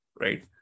right